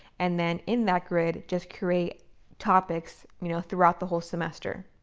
and then in that grid just create topics, you know, throughout the whole semester.